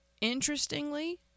Interestingly